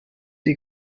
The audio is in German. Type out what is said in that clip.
die